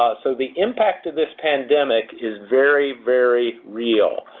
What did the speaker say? so, the impact of this pandemic is very, very real.